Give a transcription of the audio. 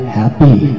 happy